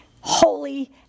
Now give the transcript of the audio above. holy